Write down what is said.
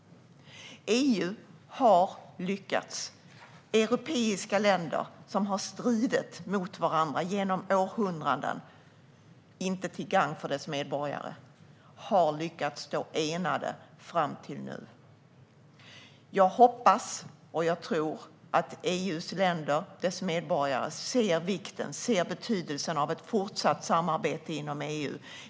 EU har lyckats. Europeiska länder som har stridit mot varandra genom århundraden, inte till gagn för sina medborgare, har lyckats stå enade fram till nu. Jag hoppas och tror att EU:s länder och medborgare inser vikten och betydelsen av ett fortsatt samarbete inom EU.